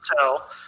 tell